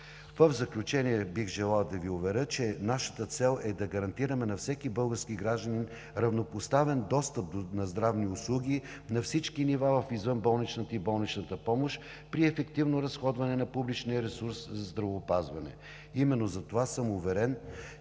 В заключение бих желал да Ви уверя, че нашата цел е да гарантираме на всеки български гражданин равнопоставен достъп до здравни услуги на всички нива в извънболничната и болничната помощ при ефективно разходване на публичния ресурс за здравеопазване. Именно затова съм уверен,